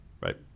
Right